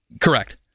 correct